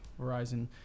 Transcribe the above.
Verizon